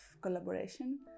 collaboration